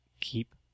keep